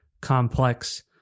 complex